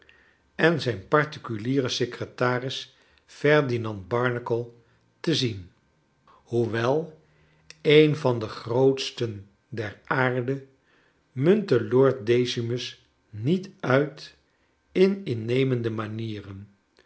en zijn particulieren secretaris ferdinand barnacle te zien hoewel een van de grootsten der aarde muntte lord decimus niet uit in innemende manieren